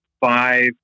five